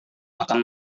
akan